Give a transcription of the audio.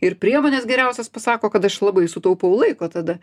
ir priemones geriausias pasako kad aš labai sutaupau laiko tada